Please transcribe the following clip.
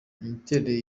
imiterere